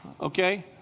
Okay